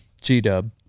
G-Dub